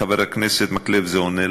חבר הכנסת מקלב, שזה עונה,